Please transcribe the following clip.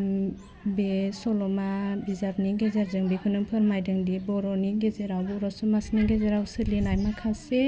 ओम बे सल'मा बिजाबनि गेजेरजों बिखौनो फोरमायदोंदि बर'नि गेजेराव बर' समाजनि गेजेराव सोलिनाय माखासे